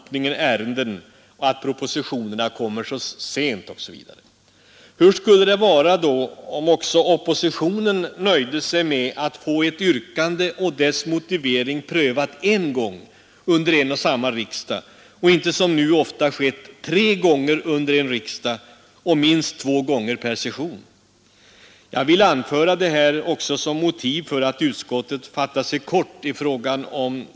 Tydligen har herr Kristiansson kommit helt över på moderaternas linje, när han ställer frågan hur vi socialdemokrater i tidens förlängning — jag vet inte hur långt perspektiv herr Kristiansson menar — ser på utvecklingen offentlig sektor kontra näringsliv. Är det ingenting som oroar socialdemokraterna där? frågade han.